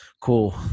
Cool